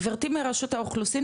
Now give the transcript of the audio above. גברתי מרשות האוכלוסין,